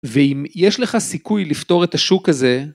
ואם יש לך סיכוי לפתור את השוק הזה...